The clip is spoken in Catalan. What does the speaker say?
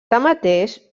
tanmateix